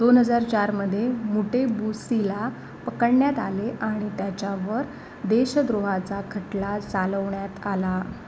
दोन हजार चारमध्ये मुटेबुसीला पकडण्यात आले आणि त्याच्यावर देशद्रोहाचा खटला चालवण्यात आला